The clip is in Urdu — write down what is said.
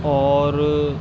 اور